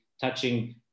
touching